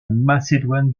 macédoine